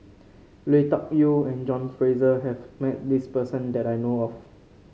Lui Tuck Yew and John Fraser has met this person that I know of